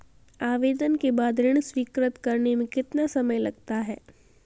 आवेदन के बाद ऋण स्वीकृत करने में कितना समय लगता है?